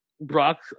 brock